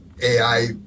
AI